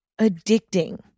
addicting